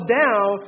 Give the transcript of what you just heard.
down